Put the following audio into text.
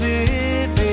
Living